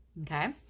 Okay